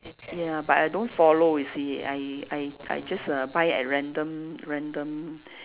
ya but I don't follow you see I I I just uh buy at random random